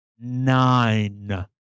nine